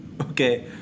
Okay